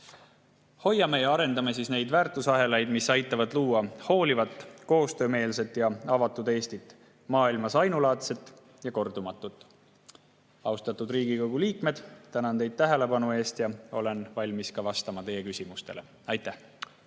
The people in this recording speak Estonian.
Hoiame ja arendame siis neid väärtusahelaid, mis aitavad luua hoolivat, koostöömeelset ja avatud Eestit, maailmas ainulaadset ja kordumatut. Austatud Riigikogu liikmed! Tänan teid tähelepanu eest ja olen valmis vastama teie küsimustele. Aitäh!